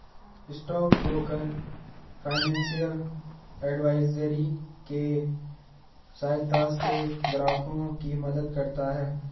stock broker financial advisory के सहायता से ग्राहकों की मदद करता है